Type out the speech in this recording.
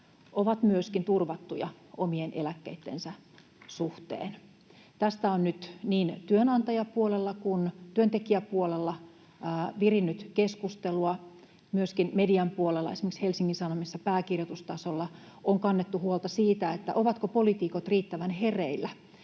ovat turvattuja omien eläkkeittensä suhteen? Tästä on nyt niin työnantajapuolella kuin työntekijäpuolellakin virinnyt keskustelua. Myöskin median puolella, esimerkiksi Helsingin Sanomissa pääkirjoitustasolla, on kannettu huolta siitä, ovatko poliitikot riittävän hereillä.